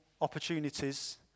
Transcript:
opportunities